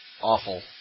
awful